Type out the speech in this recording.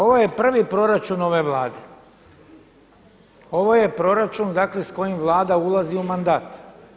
Ovo je prvi proračun ove Vlade, ovo je proračun dakle s kojim Vlada ulazi u mandat.